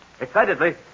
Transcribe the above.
Excitedly